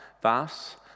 Thus